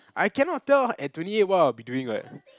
I cannot tell at twenty eight what I'll be doing what